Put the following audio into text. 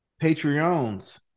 Patreons